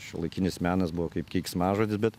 šiuolaikinis menas buvo kaip keiksmažodis bet